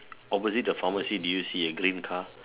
opposite the pharmacy did you see a green car